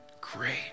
Great